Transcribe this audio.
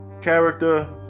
character